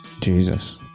Jesus